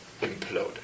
imploded